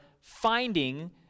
finding